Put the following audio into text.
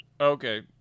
Okay